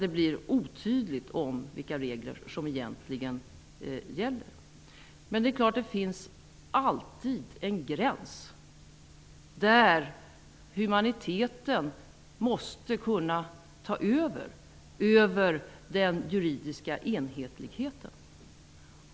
Det blir otydligt vilka regler som egentligen gäller. Det finns alltid en gräns där humaniteten måste kunna ta över den juridiska enhetligheten.